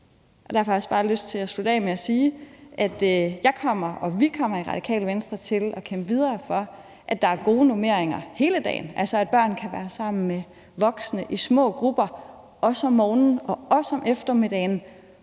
til at slutte af med at sige, at jeg og vi i Radikale Venstre kommer til at kæmpe videre for, at der er gode normeringer hele dagen, altså at børn kan være sammen med voksne i små grupper – også om morgenen og også om eftermiddagen.